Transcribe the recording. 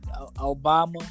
Obama